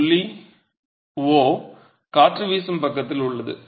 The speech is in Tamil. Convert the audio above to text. புள்ளி O காற்று வீசும் பக்கத்தில் உள்ளது